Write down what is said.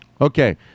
okay